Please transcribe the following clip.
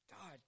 God